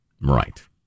right